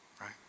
right